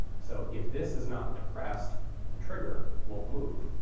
so if this is not depressed the trigger won't move.